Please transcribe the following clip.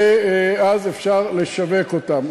ואז אפשר לשווק אותם.